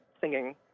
singing